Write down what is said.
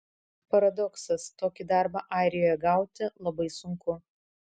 paradoksas tokį darbą airijoje gauti labai sunku